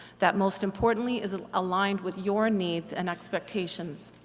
that most importantly is ah aligned with your needs and expectations.